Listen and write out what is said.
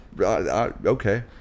okay